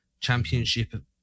championship